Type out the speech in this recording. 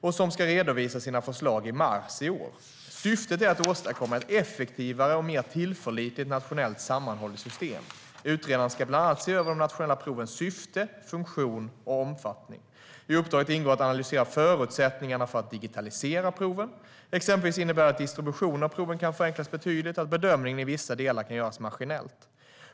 och som ska redovisa sina förslag i mars i år. Syftet är att åstadkomma ett effektivare och mer tillförlitligt nationellt sammanhållet system. Utredaren ska bland annat se över de nationella provens syften, funktion och omfattning. I uppdraget ingår att analysera förutsättningarna för att digitalisera proven. Exempelvis innebär det att distributionen av proven kan förenklas betydligt och att bedömningen i vissa delar kan göras maskinellt.